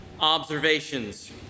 observations